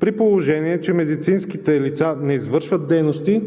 при положение че медицинските лица не извършват дейности